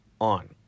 on